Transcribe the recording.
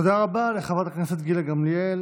תודה רבה לחברת הכנסת גילה גמליאל.